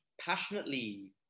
passionately